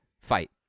Fight